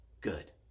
good